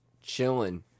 chilling